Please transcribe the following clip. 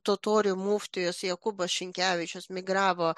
totorių muftijus jokūbas šinkevičius migravo